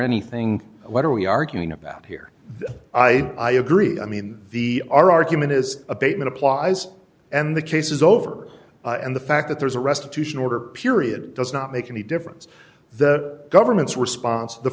anything what are we arguing about here i i agree i mean the argument is abatement applies and the case is over and the fact that there's a restitution order period does not make any difference the government's response